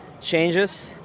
changes